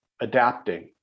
adapting